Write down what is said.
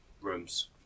rooms